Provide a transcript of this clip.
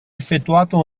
effettuato